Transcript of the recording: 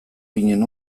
ginen